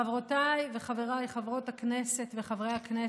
חברותיי וחבריי חברות הכנסת וחברי הכנסת,